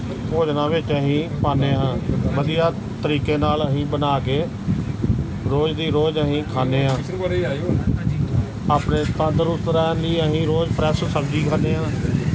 ਭੋਜਨਾਂ ਵਿੱਚ ਅਸੀਂ ਪਾਉਂਦੇ ਹਾਂ ਵਧੀਆ ਤਰੀਕੇ ਨਾਲ ਅਸੀਂ ਬਣਾ ਕੇ ਰੋਜ਼ ਦੀ ਰੋਜ਼ ਅਸੀਂ ਖਾਂਦੇ ਹਾਂ ਆਪਣੇ ਤੰਦਰੁਸਤ ਰਹਿਣ ਲਈ ਅਸੀਂ ਰੋਜ਼ ਫਰੈੱਸ਼ ਸਬਜ਼ੀ ਖਾਂਦੇ ਹਾਂ